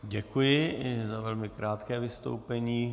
Děkuji i za velmi krátké vystoupení.